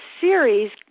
series